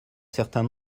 certain